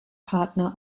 partner